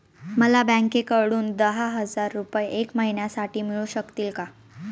मला बँकेकडून दहा हजार रुपये एक महिन्यांसाठी मिळू शकतील का?